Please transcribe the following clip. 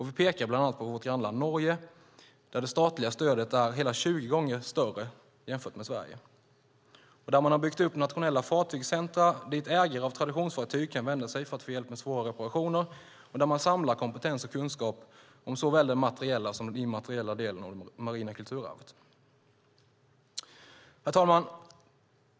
Vi pekar bland annat på vårt grannland Norge, där det statliga stödet är hela 20 gånger större jämfört med Sverige och där man har byggt upp nationella fartygscentrum dit ägare av traditionsfartyg kan vända sig för att få hjälp med svåra reparationer och där man samlar kompetens och kunskap om såväl den materiella som den immateriella delen av det marina kulturarvet. Herr talman!